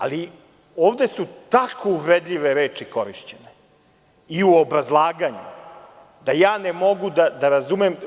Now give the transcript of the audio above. Ali, ovde su tako uvredljive reči korišćene i u obrazlaganju, da ne mogu da razumem.